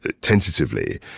tentatively